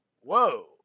Whoa